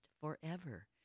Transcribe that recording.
forever